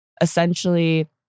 essentially